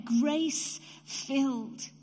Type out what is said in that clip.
grace-filled